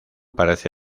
parece